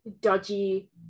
dodgy